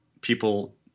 people